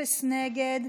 אפס נגד.